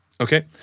Okay